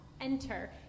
enter